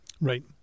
right